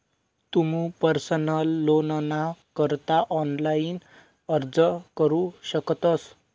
तुमू पर्सनल लोनना करता ऑनलाइन अर्ज करू शकतस